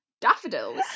daffodils